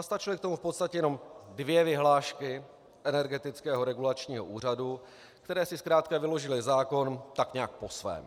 Stačily k tomu v podstatě jenom dvě vyhlášky Energetického regulačního úřadu, které si zkrátka vyložily zákon tak nějak po svém.